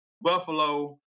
Buffalo